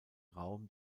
raum